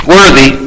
Worthy